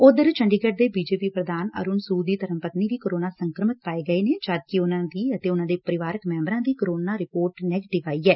ਉਧਰ ਚੰਡੀਗੜ ਦੇ B J P ਪ੍ਰਧਾਨ ਅਰੁਣ ਸੁਦ ਦੀ ਧਰਮਪਤਨੀ ਵੀ ਕੋਰੋਨਾ ਸੰਕਰਮਿਤ ਪਾਈ ਗਈ ਏ ਜਦਕਿ ਉਨਾਂ ਦੀ ਅਤੇ ਉਨਾਂ ਦੇ ਪਰਿਵਾਰਕ ਮੈ ਬਰਾਂ ਦੀ ਕੋਰੋਨਾ ਰਿਪੋਰਟ ਨੈਗਟਿਵ ਆਈ ਐ